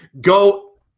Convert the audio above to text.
go